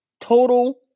total